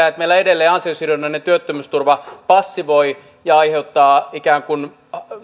että meillä edelleen ansiosidonnainen työttömyysturva passivoi ja aiheuttaa ikään kuin